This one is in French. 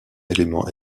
élément